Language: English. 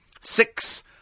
Six